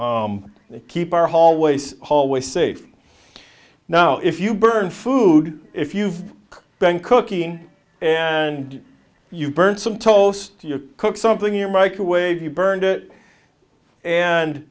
and keep our hallways hallway safe now if you burn food if you've been cooking and you've burned some toast do you cook something in your microwave you burned it and